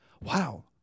Wow